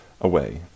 away